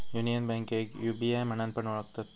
union बैंकेक UBI म्हणान पण ओळखतत